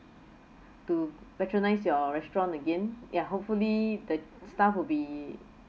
to patronise your restaurant again ya hopefully the staff will be